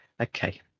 Okay